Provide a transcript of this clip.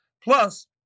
plus